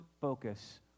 focus